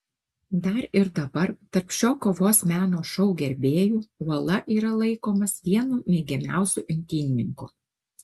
dar ir dabar tarp šio kovos meno šou gerbėjų uola yra laikomas vienu mėgiamiausiu imtynininku